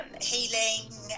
healing